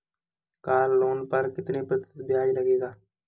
Car loan पर कितने प्रतिशत ब्याज लगेगा?